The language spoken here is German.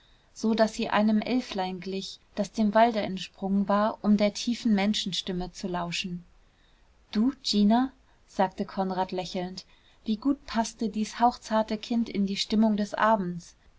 so daß sie einem elflein glich das dem walde entsprungen war um der tiefen menschenstimme zu lauschen du gina sagte konrad lächelnd wie gut paßte dies hauchzarte kind in die stimmung des abends